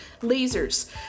lasers